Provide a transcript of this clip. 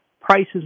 prices